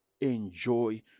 Enjoy